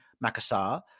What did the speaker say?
Makassar